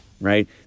right